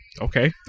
Okay